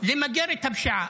למגר את הפשיעה.